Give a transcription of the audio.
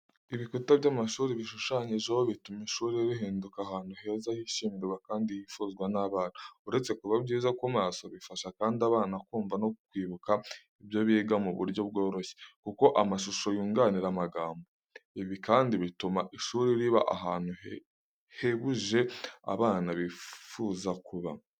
Ibikuta by'amashuri bishushanyijeho, bituma ishuri rihinduka ahantu heza, hishimirwa kandi hifuzwa n'abana. Uretse kuba byiza ku maso, bifasha kandi abana kumva no kwibuka ibyo biga mu buryo bworoshye, kuko amashusho yunganira amagambo. Ibi kandi bituma ishuri riba ahantu hahebuje abana bifuza kuba.